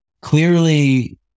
clearly